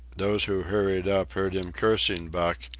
those who hurried up heard him cursing buck,